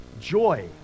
joy